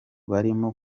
barimo